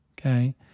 Okay